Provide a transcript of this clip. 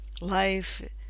Life